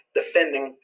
defending